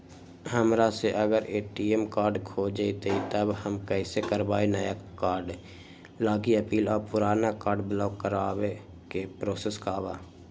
हमरा से अगर ए.टी.एम कार्ड खो जतई तब हम कईसे करवाई नया कार्ड लागी अपील और पुराना कार्ड ब्लॉक करावे के प्रोसेस का बा?